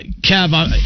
Kev